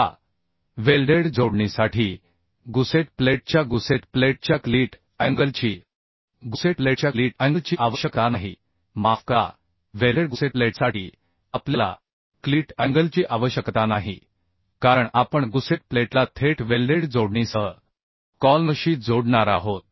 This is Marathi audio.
आता वेल्डेड जोडणीसाठी गुसेट प्लेटच्या गुसेट प्लेटच्या क्लीट अँगलची आवश्यकता नाही माफ करा वेल्डेड गुसेट प्लेटसाठी आपल्याला क्लीट अँगलची आवश्यकता नाही कारण आपण गुसेट प्लेटला थेट वेल्डेड जोडणीसह कॉलमशी जोडणार आहोत